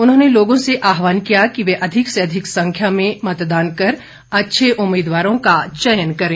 उन्होंने लोगों से आह्वान किया कि वे अधिक से अधिक संख्या में मतदान कर अच्छे उम्मीदवारों का चयन करें